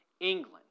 England